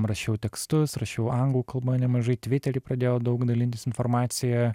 rašiau tekstus rašiau anglų kalba nemažai tvitery pradėjau daug dalintis informacija